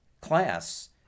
class